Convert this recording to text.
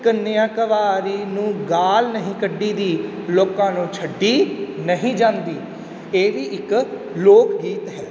ਕੰਨਿਆ ਕਵਾਰੀ ਨੂੰ ਗਾਲ੍ਹ ਨਹੀਂ ਕੱਢੀ ਦੀ ਲੋਕਾਂ ਨੂੰ ਛੱਡੀ ਨਹੀਂ ਜਾਂਦੀ ਇਹ ਵੀ ਇੱਕ ਲੋਕ ਗੀਤ ਹੈ